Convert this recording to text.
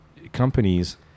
companies